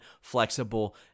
flexible